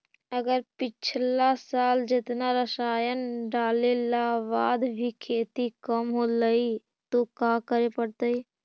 अगर पिछला साल जेतना रासायन डालेला बाद भी खेती कम होलइ तो का करे पड़तई?